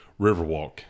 Riverwalk